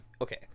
Okay